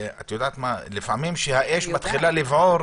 - לפעמים כשהאש מתחילה לבעור,